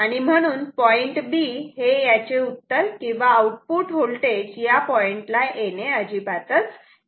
आणि म्हणून point B हे याचे उत्तर किंवा आउटपुट होल्टेज या पॉईंटला येणे अजिबात शक्यच नाही